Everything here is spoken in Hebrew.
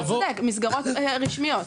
עכשיו, משרד הבריאות,